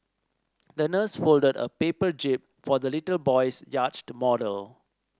the nurse folded a paper jib for the little boy's yacht model